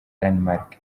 danemark